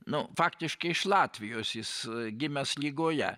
nu faktiškai iš latvijos jis gimęs rygoje